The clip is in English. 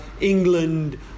england